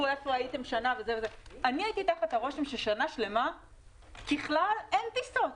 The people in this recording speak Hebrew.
אני הייתי תחת הרושם ששנה שלמה ככלל אין טיסות